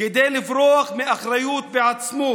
כדי לברוח מאחריות בעצמו.